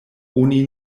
oni